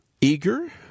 eager